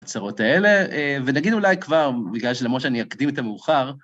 הצהרות האלה, ונגיד אולי כבר, בגלל שלמשה אני אקדים את המאוחר.